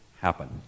happen